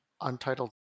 untitled